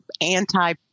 anti